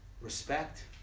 respect